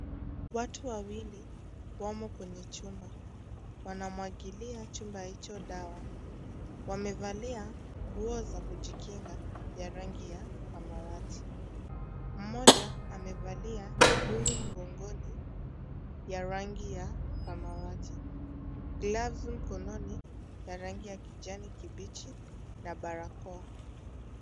Watu wawili wamo kwenye chumba wanamwagilia chumba hicho dawa, wamevalia nguo za kujikinga ya rangi ya samawati mmoja amevalia kibuyu mgongoni ya rangi ya samawati glasi mkononi ya rangi ya kijani kibichi na barakoa.